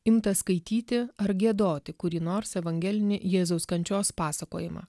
imta skaityti ar giedoti kurį nors evangelinį jėzaus kančios pasakojimą